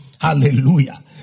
Hallelujah